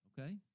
Okay